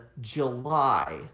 July